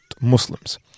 Muslims